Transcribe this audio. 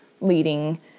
leading